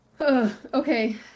Okay